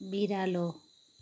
बिरालो